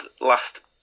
last